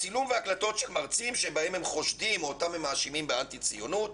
צילום והקלטות של מרצים שבהם הם חושדים או מאשימים באנטי ציונות.